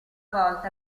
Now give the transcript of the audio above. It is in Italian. volta